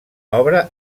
obra